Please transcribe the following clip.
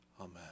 Amen